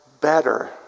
better